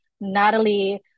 Natalie